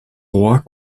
roi